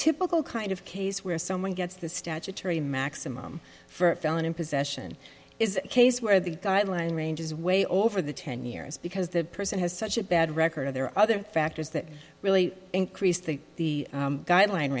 typical kind of case where someone gets the statutory maximum for felon in possession is a case where the guideline range is way over the ten years because the person has such a bad record of there are other factors that really increase the guideline